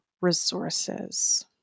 resources